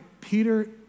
Peter